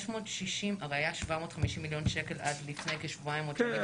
הרי היו 750 מיליון שקל עד לפני כשבועיים -- כן,